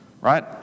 Right